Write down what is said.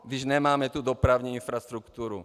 Když nemáme tu dopravní infrastrukturu.